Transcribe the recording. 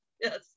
Yes